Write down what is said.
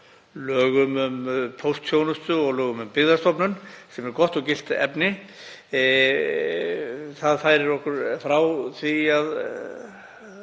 lögum um póstþjónustu og lögum um Byggðastofnun sem er gott og gilt efni. Það færir okkur frá því að